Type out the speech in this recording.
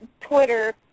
Twitter